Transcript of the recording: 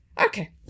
Okay